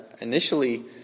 initially